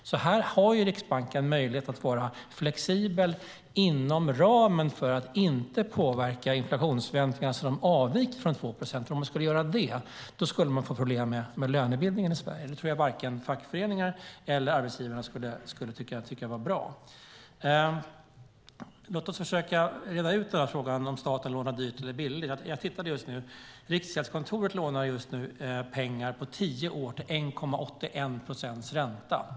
Här har Riksbanken alltså möjlighet att vara flexibel inom ramen för att inte påverka inflationsförväntningarna så att de avviker från 2 procent. Om man skulle göra det skulle det bli problem med lönebildningen i Sverige. Det tror jag inte att vare sig fackföreningarna eller arbetsgivarna skulle tycka var bra. Låt oss försöka reda ut frågan om staten lånar dyrt eller billigt. Jag har tittat på det nu. Riksgäldskontoret lånar just nu pengar på tio år till 1,81 procents ränta.